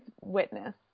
witness